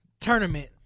tournament